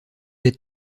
est